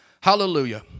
Hallelujah